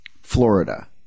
Florida